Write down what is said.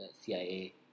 CIA